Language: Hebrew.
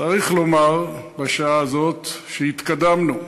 צריך לומר, בשעה הזאת, שהתקדמנו.